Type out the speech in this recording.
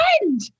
friend